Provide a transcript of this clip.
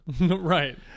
Right